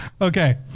Okay